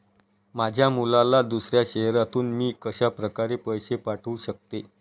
माझ्या मुलाला दुसऱ्या शहरातून मी कशाप्रकारे पैसे पाठवू शकते?